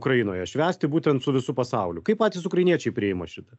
ukrainoje švęsti būtent su visu pasauliu kaip patys ukrainiečiai priima šitą